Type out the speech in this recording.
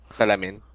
Salamin